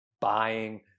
buying